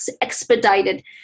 expedited